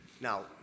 Now